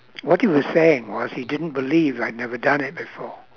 what he was saying was he didn't believe I've never done it before